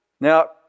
Now